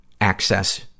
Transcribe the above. access